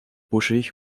buschig